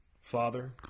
Father